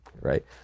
right